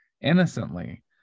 innocently